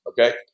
Okay